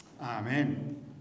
Amen